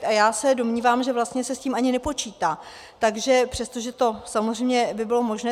A já se domnívám, že vlastně se s tím ani nepočítá, přestože by to samozřejmě bylo možné.